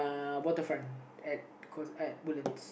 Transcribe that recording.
waterfront at art Woodlands